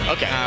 Okay